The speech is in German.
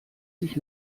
sich